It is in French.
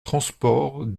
transport